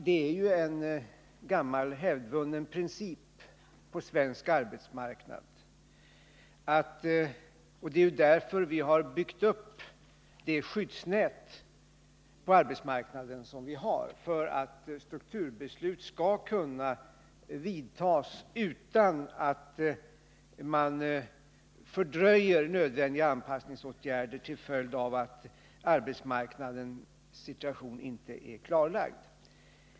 Det är en gammal hävdvunnen princip på svensk arbetsmarknad att strukturbeslut skall kunna fattas utan att nödvändiga anpassningsåtgärder fördröjs till följd av att arbetsmarknadssituationen inte är klarlagd. Det är därför vi byggt upp det skyddsnät vi i dag har på svensk arbetsmarknad.